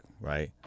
right